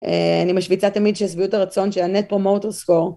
אני משוויצה תמיד שהשביעות הרצון שהנט פרומוטור סקור.